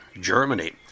Germany